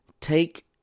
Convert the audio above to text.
Take